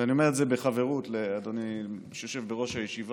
ואני אומר את זה בחברות לאדוני שיושב בראש הישיבה,